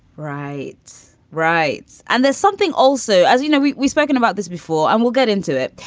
right right. and there's something also, as you know, we we spoken about this before and we'll get into it.